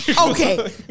Okay